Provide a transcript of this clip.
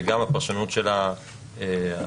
וגם הפרשנות של הרשות